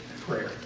prayer